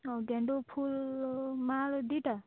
ହଁ ଗେଣ୍ଡୁ ଫୁଲ୍ ମାଳ ଦୁଇଟା